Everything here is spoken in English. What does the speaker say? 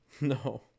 No